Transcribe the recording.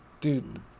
Dude